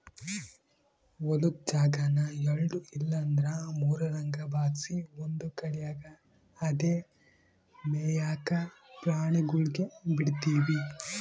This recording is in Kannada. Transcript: ಹೊಲುದ್ ಜಾಗಾನ ಎಲ್ಡು ಇಲ್ಲಂದ್ರ ಮೂರುರಂಗ ಭಾಗ್ಸಿ ಒಂದು ಕಡ್ಯಾಗ್ ಅಂದೇ ಮೇಯಾಕ ಪ್ರಾಣಿಗುಳ್ಗೆ ಬುಡ್ತೀವಿ